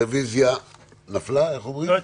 הרוויזיה לא התקבלה.